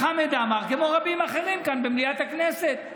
חמד עמאר, כמו רבים אחרים כאן במליאת הכנסת.